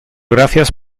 gracias